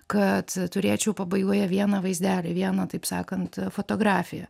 kad turėčiau pabaigoje vieną vaizdelį vieną taip sakant fotografiją